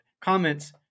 comments